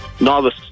Novice